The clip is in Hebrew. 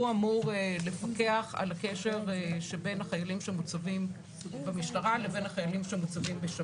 הוא אמור לפקח על הקשר עם החיילים שמוצבים במשטרה ובשב"ס.